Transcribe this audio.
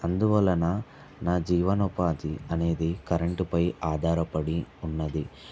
అందువల్లన నా జీవనోపాధి అనేది కరెంట్ పై ఆధారపడి ఉన్నది